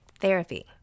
therapy